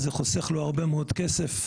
זה חוסך לו הרבה מאוד כסף.